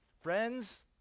friends